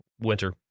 Winter